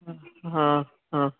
हँ हँ